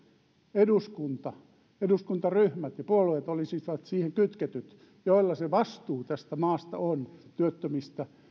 eduskunta eduskuntaryhmät ja kaikki puolueet olisi kytketty siihen ne joilla on se vastuu tästä maasta työttömistä